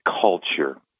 culture